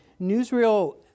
Newsreel